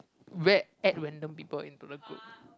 read add random people into the group